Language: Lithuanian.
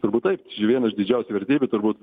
turbūt taip tai čia viena iš didžiausių vertybių turbūt